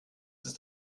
ist